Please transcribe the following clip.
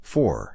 Four